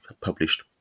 published